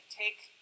take